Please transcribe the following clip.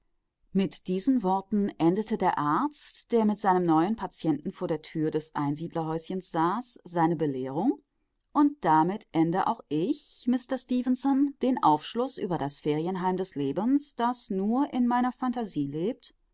mit diesen worten endete der arzt der mit seinem neuen patienten vor der tür des einsiedlerhäuschens saß seine belehrung und damit ende auch ich mister stefenson den aufschluß über das ferienheim des lebens das nur in meiner phantasie lebt